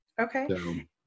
Okay